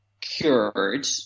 cured